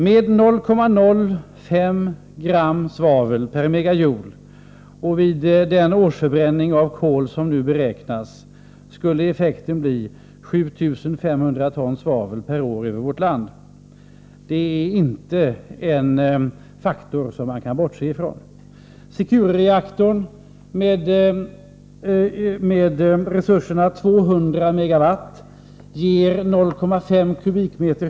Med 0,05 g svavel per megajoule och vid den årsförbränning av kol som nu beräknas skulle alltså effekten bli 7 500 ton svavel per år över vårt land. Det är inte en faktor som man kan bortse från. En Secure-reaktor med resursen 200 MW ger 0,5 m?